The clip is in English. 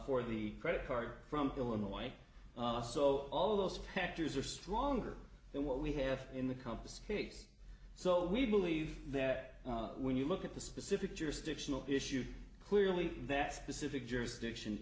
for the credit card from illinois so all those factors are stronger than what we have in the compass case so we believe that when you look at the specific jurisdictional issue clearly that specific jurisdiction